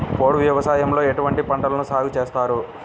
పోడు వ్యవసాయంలో ఎటువంటి పంటలను సాగుచేస్తారు?